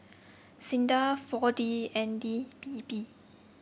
SINDA four D and D P P